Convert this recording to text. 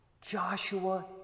Joshua